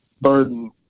burden